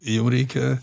jau reikia